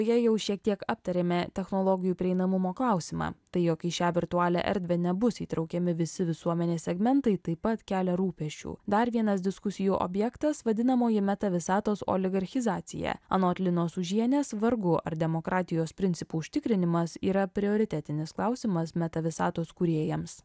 jei jau šiek tiek aptarėme technologijų prieinamumo klausimą tai jog į šią virtualią erdvę nebus įtraukiami visi visuomenės segmentai taip pat kelia rūpesčių dar vienas diskusijų objektas vadinamoji meta visatos oligarchizacija anot linos užienės vargu ar demokratijos principų užtikrinimas yra prioritetinis klausimas meta visatos kūrėjams